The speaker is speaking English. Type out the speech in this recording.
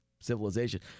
civilization